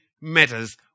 matters